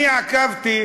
אני עקבתי